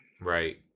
Right